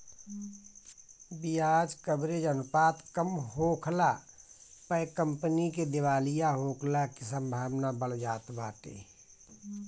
बियाज कवरेज अनुपात कम होखला पअ कंपनी के दिवालिया होखला के संभावना बढ़ जात बाटे